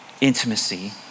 Intimacy